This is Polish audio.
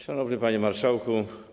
Szanowny Panie Marszałku!